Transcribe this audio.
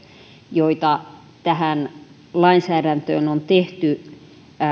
joita tähän lainsäädäntöön on tehty